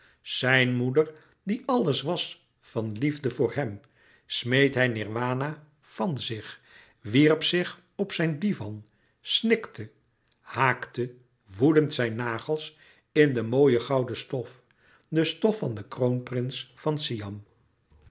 zijn moeder die alles was van liefde voor hem smeet hij nirwana van zich wierp zich op zijn divan snikte haakte woedend zijn nagels in de mooie gouden stof de stof van den kroonprins van siam